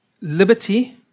liberty